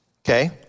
okay